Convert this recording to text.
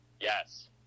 Yes